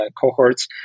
cohorts